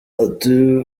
ati